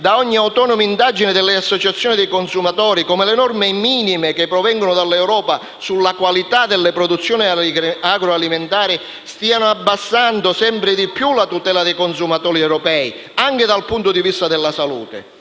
da ogni autonoma indagine delle associazioni dei consumatori, come le norme minime che provengono dall'Europa sulla qualità delle produzioni agroalimentari stiano abbassando sempre di più la tutela dei consumatori europei, anche dal punto di vista della salute.